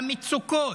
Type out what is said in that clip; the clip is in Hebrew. והמצוקות,